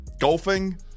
Golfing